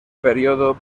periodo